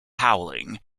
howling